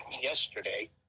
yesterday